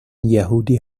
یهودی